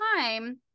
time